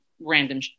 random